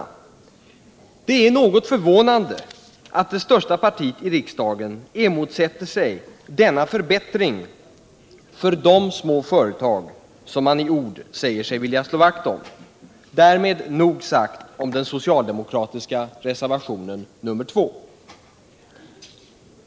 — De mindre och Det är något förvånande att det största partiet i riksdagen motsätter sig medelstora denna förbättring för de små företag som man i ord säger sig vilja slå företagens utveckvakt om. Därmed nog sagt om den socialdemokratiska reservationen = ling,